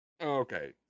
Okay